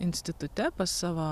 institute pas savo